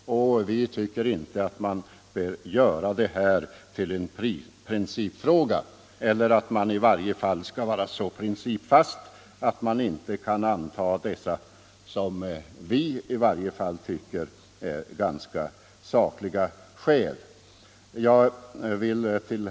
Vi tycker inte att man bör göra detta till en principfråga. I varje fall anser vi inte att man skall vara så principfast att man inte Nr 134 kan "bifalla ett förslag som är så starkt sakligttunderbyggt som detta.